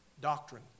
doctrine